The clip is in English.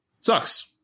Sucks